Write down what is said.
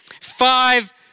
Five